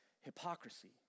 hypocrisy